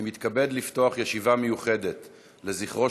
אני מתכבד לפתוח ישיבה מיוחדת לזכרו